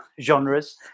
genres